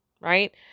right